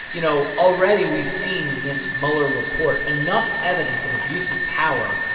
you know already we've seen in this mueller report enough evidence of abuse of power,